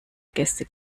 gäste